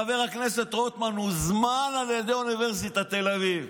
חבר הכנסת רוטמן הוזמן על ידי אוניברסיטת תל אביב,